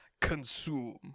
consume